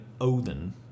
Odin